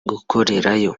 gukorerayo